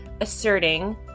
asserting